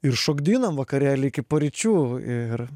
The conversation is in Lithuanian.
ir šokdinam vakarėly iki paryčių ir